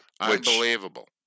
Unbelievable